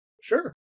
Sure